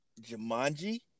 Jumanji